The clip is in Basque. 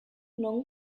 non